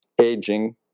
aging